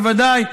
בוודאי,